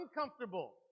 uncomfortable